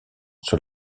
sur